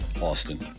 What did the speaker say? Austin